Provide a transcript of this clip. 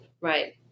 right